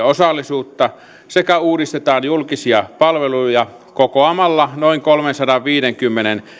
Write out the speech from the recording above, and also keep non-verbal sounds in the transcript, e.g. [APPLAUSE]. [UNINTELLIGIBLE] osallisuutta sekä uudistetaan julkisia palveluja kokoamalla noin kolmensadanviidenkymmenen